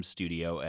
Studio